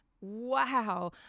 Wow